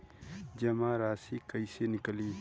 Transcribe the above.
जमा राशि कइसे निकली?